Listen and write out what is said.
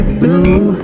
blue